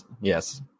yes